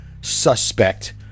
suspect